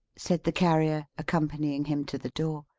said the carrier, accompanying him to the door.